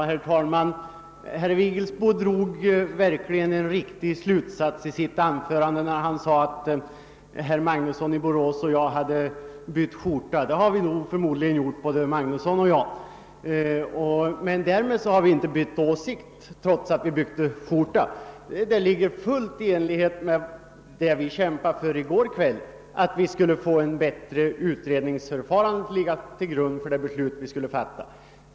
Herr talman! Herr Vigelsbo drog verkligen en riktig slutsats när han sade att herr Magnusson i Borås och jag hade bytt skjorta; det har förmodligen både herr Magnusson och jag gjort. Men därmed har vi inte bytt åsikt. Det förslag vi nu stöder ligger helt i linje med vad vi kämpade för i går kväll, nämligen att vi borde ha ett bättre utredningsmaterial till grund för det beslut vi skulle fatta.